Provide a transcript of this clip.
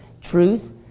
truth